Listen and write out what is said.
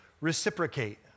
reciprocate